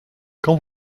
quand